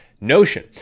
notion